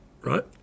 right